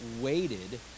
waited